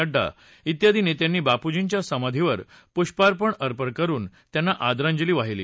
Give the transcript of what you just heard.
नङ्डा ियादी नेत्यांनी बापूजीच्या समाधीवर पुष्पार्पण करून त्यांना आदरांजली वाहिली